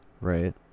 right